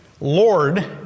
Lord